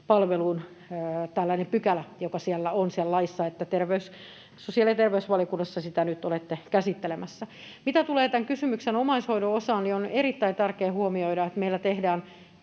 lähipalvelun pykälä, joka on siellä laissa. Sosiaali- ja terveysvaliokunnassa sitä nyt olette käsittelemässä. Mitä tulee tämän kysymyksen omaishoidon osaan, niin on erittäin tärkeää huomioida, että meillä tehdään